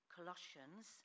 Colossians